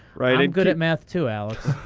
right. i'm good at math too, alex.